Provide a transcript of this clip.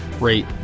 rate